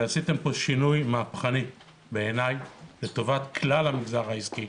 עשיתם שינוי מהפכני לטובת כלל המגזר העסקי,